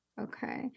Okay